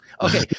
Okay